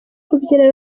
kubyina